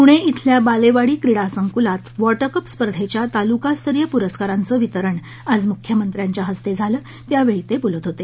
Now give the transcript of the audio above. पुणे इथल्या बालेवाडी क्रीडा संकुलात वॉटरकप स्पर्धेच्या तालुकास्तरीय पुरस्कारांचं वितरण आज मुख्यमंत्र्यांच्या हस्ते झालं त्यावेळी ते बोलत होते